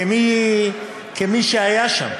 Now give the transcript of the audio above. כמי שהיה שם,